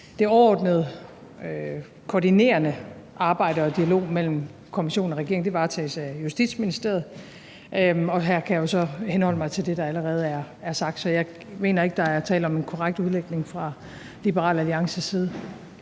Det overordnede koordinerende arbejde og dialogen mellem kommissionen og regeringen varetages af Justitsministeriet, og her kan jeg jo så henholde mig til det, der allerede er sagt. Så jeg mener ikke, der er tale om en korrekt udlægning fra Liberal Alliances side.